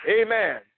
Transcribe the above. Amen